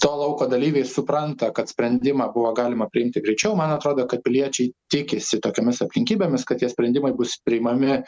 to lauko dalyviai supranta kad sprendimą buvo galima priimti greičiau man atrodo kad piliečiai tikisi tokiomis aplinkybėmis kad tie sprendimai bus priimami